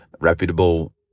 reputable